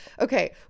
Okay